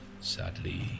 Sadly